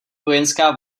vojenská